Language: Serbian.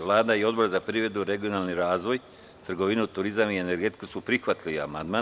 Vlada i Odbor za privredu, regionalni razvoj, trgovinu, turizam i energetiku su prihvatili amandman.